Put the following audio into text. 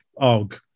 Og